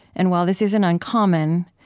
and while this isn't uncommon,